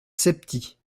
septies